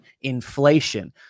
Inflation